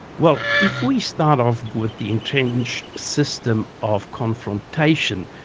well, if we start off with the entrenched system of confrontation,